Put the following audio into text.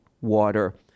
water